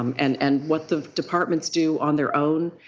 um and and what the departments do on their own,